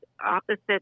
opposite